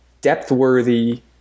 depth-worthy